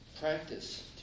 practice